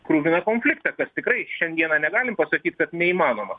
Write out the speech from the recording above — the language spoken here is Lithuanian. kruviną konfliktą kas tikrai šiandieną negalim pasakyt kad neįmanoma